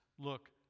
look